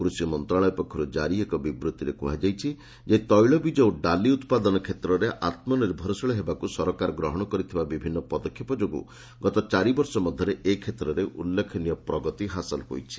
କୃଷିମନ୍ତ୍ରଣାଳୟ ପକ୍ଷରୁ ଜାରି ଏକ ବିବୃଭିରେ କୁହାଯାଇଛି ଯେ ତୈଳବୀଜ ଓ ଡାଲି ଉତ୍ପାଦନ କ୍ଷେତ୍ରରେ ଆତ୍ମନିର୍ଭରଶୀଳ ହେବାକୁ ସରକାର ଗ୍ରହଣ କରିଥିବା ବିଭିନ୍ନ ପଦକ୍ଷେପ ଯୋଗୁଁ ଗତ ଚାରିବର୍ଷ ମଧ୍ୟରେ ଏ କ୍ଷେତ୍ରରେ ଉଲ୍ଲେଖନୀୟ ପ୍ରଗତି ହାସଲ ହୋଇଛି